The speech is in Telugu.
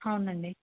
అవునండి